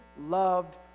loved